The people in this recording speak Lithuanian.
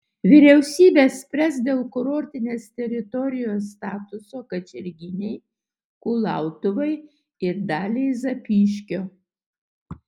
vyriausybė spręs dėl kurortinės teritorijos statuso kačerginei kulautuvai ir daliai zapyškio